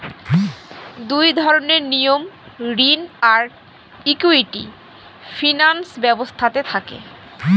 দুই ধরনের নিয়ম ঋণ আর ইকুইটি ফিনান্স ব্যবস্থাতে থাকে